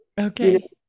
Okay